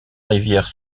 rivière